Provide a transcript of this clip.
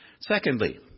Secondly